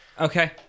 Okay